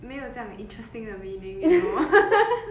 没有这样 interesting 的 meaning you know